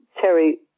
terry